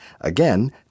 Again